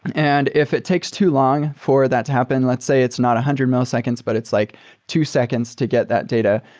and if it takes too long for that to happen, let's say it's not one hundred milliseconds, but it's like two seconds to get that data,